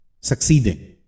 succeeding